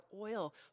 oil